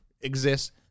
exists